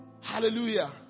Hallelujah